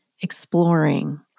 exploring